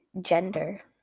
gender